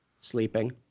Sleeping